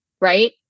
right